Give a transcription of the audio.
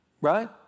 right